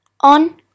on